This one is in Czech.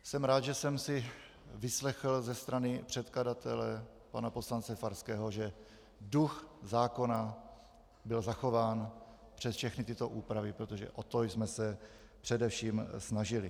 Jsem rád, že jsem si vyslechl ze strany předkladatele pana poslance Farského, že duch zákona byl zachován přes všechny tyto úpravy, protože o to jsme se především snažili.